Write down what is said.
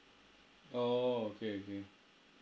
oh okay okay